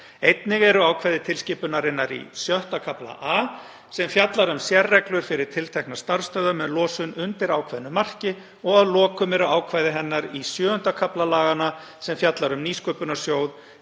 Einnig eru ákvæði tilskipunarinnar í IV. kafla A sem fjallar um sérreglur fyrir tilteknar starfsstöðvar með losun undir ákveðnu marki og að lokum eru ákvæði hennar í VII. kafla laganna sem fjallar um nýsköpunarsjóð